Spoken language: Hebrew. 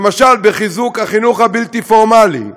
למשל בחיזוק החינוך הבלתי-פורמלי,